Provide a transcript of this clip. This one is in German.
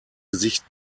gesicht